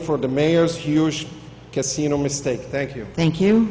for the mayor's huish casino mistake thank you thank you